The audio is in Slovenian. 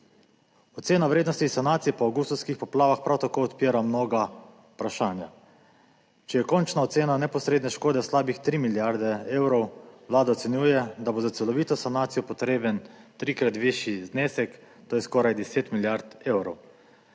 Ocena vrednosti sanacije pa v avgustovskih poplavah prav tako odpira mnoga vprašanja. Če je končna ocena neposredne škode slabih tri milijarde evrov, Vlada ocenjuje, da bo za celovito sanacijo potreben trikrat višji znesek, to je skoraj deset milijard evrov.